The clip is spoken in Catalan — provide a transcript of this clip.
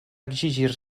exigir